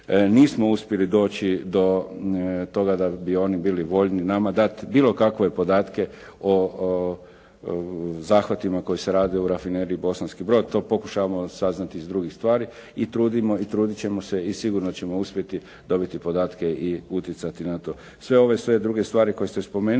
nismo uspjeli doći do toga da bi oni bili voljni nama dati bilo kakve podatke o zahvatima koji se rade u Rafineriji Bosanski Brod. To pokušavamo saznati iz drugih stvari i trudimo i trudit ćemo se i sigurno ćemo uspjeti dobiti podatke i utjecati na to. Sve ove, sve druge stvari koje ste spomenuli